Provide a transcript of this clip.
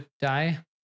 die